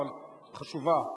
אבל חשובה.